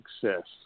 success